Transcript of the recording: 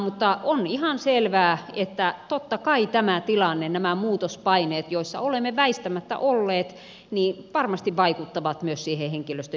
mutta on ihan selvää että totta kai tämä tilanne nämä muutospaineet joissa olemme väistämättä olleet varmasti vaikuttavat myös siihen henkilöstön jaksamiseen